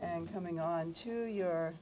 and coming on to your